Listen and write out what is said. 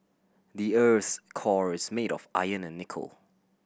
the earth's core is made of iron and nickel